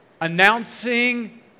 announcing